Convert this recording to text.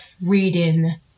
reading